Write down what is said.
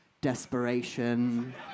desperation